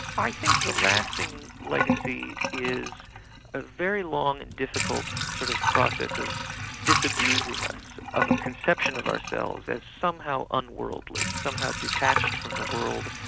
i think the lasting legacy is a very long and difficult sort of process of disabusing us of a conception of ourselves as somehow unworldly, somehow detached from the world,